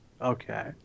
Okay